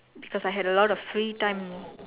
because I had a lot of free time